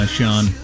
Sean